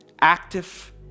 active